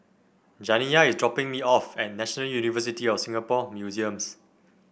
Janiya is dropping me off at National University of Singapore Museums